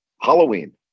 Halloween